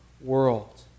world